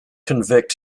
convict